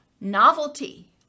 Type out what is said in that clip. novelty